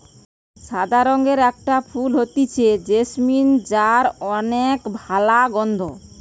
সাদা রঙের একটা ফুল হতিছে জেসমিন যার অনেক ভালা গন্ধ